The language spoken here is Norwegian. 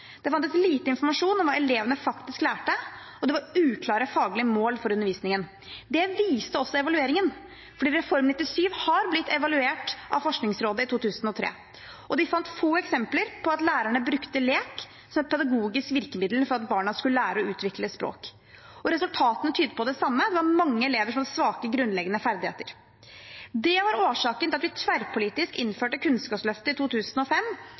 Det var lite informasjon om hva elevene faktisk lærte, og det var uklare faglige mål for undervisningen. Det viste også evalueringen. Reform 97 har blitt evaluert av Forskningsrådet, i 2003, og de fant få eksempler på at lærerne brukte lek som pedagogisk virkemiddel for at barna skal lære å utvikle språk. Resultatene tydet på det samme: Mange elever var svake i grunnleggende ferdigheter. Det var årsaken til at vi, tverrpolitisk, innførte Kunnskapsløftet i 2005